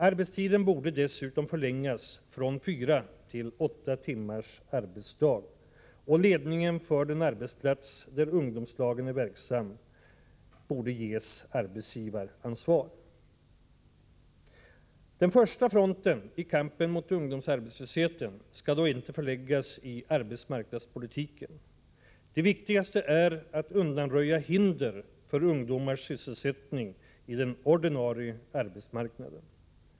Arbetstiden borde dessutom förlängas från fyra till åtta timmars arbetsdag, och ledningen på den arbetsplats där ungdomslagen är verksamma borde ges arbetsgivaransvar. Den första fronten i kampen mot ungdomsarbetslösheten skall dock inte förläggas i arbetsmarknadspolitiken. Det viktigaste är att undanröja hinder för ungdomars sysselsättning på den ordinarie arbetsmarknaden.